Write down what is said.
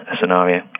scenario